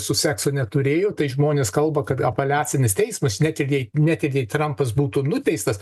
su seksu neturėjo tai žmonės kalba kad apeliacinis teismas net ir jei net ir jei trampas būtų nuteistas